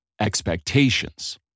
expectations